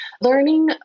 Learning